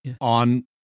on